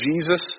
Jesus